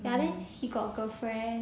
ya then he got girlfriend